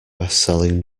bestselling